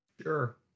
Sure